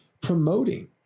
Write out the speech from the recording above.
promoting